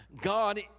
God